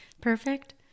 perfect